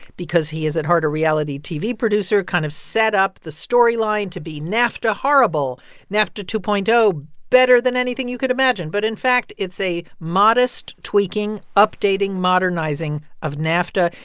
because he is at heart a reality tv producer, kind of set up the storyline to be nafta, horrible nafta two point zero, better than anything you could imagine. but in fact, it's a modest tweaking, updating, modernizing of nafta.